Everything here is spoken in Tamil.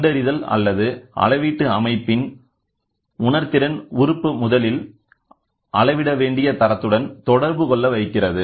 கண்டறிதல் அல்லது அளவீட்டு அமைப்பின் உணர்திறன் உறுப்பு முதலில் அளவிட வேண்டிய தரத்துடன் தொடர்பு கொள்ள வைக்கிறது